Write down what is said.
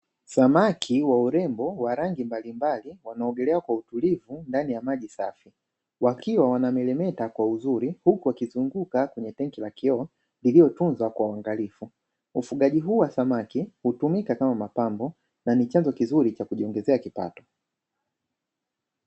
Samaki wa urembo wa rangi mbalimbali wanaogelea kwa utulivu ndani ya maji safi, wakiwa wanameremeta kwa uzuri huko wakizunguka kwenye tenki la kioo lilotunzwa kwa uangalifu, ufugaji huu wa samaki hutumika kama mapambo na ni chanzo kizuri cha kujiongezea kipato.